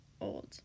old